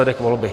Děkuji.